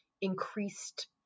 increased